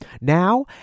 Now